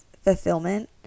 fulfillment